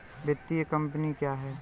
वित्तीय कम्पनी क्या है?